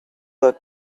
luck